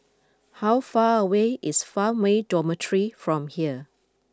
how far away is Farmway Dormitory from here